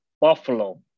Buffalo